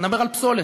נדבר על פסולת.